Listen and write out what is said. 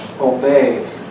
obey